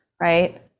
right